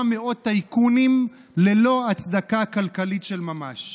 מאות טייקונים ללא הצדקה כלכלית של ממש.